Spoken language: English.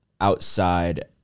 outside